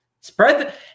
Spread